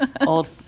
Old